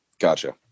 gotcha